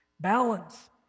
Balance